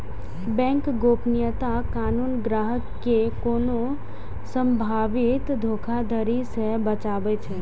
bank गोपनीयता कानून ग्राहक कें कोनो संभावित धोखाधड़ी सं बचाबै छै